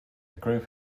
group